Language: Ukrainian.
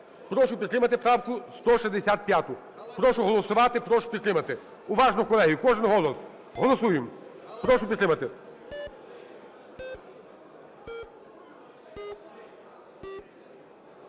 Прошу підтримати правку 165. Прошу голосувати, прошу підтримати. Уважно, колеги, кожний голос. Голосуємо. Прошу підтримати.